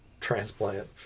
transplant